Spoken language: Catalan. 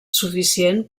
suficient